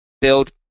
build